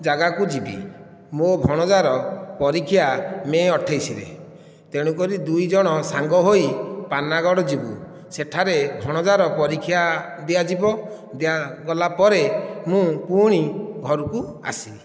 ଜାଗାକୁ ଯିବି ମୋ ଭଣଜାର ପରୀକ୍ଷା ମେ ଅଠେଇଶ ରେ ତେଣୁକରି ଦୁଇ ଜଣ ସାଙ୍ଗ ହୋଇ ପାନାଗଡ଼ ଯିବୁ ସେଠାରେ ଭଣଜାର ପରୀକ୍ଷା ଦିଆଯିବ ଦିଆଗଲା ପରେ ମୁଁ ପୁଣି ଘରକୁ ଆସିବି